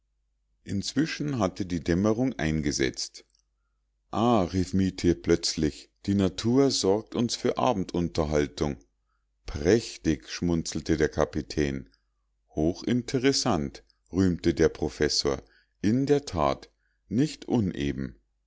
inzwischen hatte die dämmerung eingesetzt ah rief mietje plötzlich die natur sorgt uns für abendunterhaltung prächtig schmunzelte der kapitän hochinteressant rühmte der professor in der tat nicht uneben